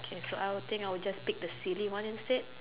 okay so I'll think I'll just pick the silly one instead